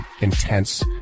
intense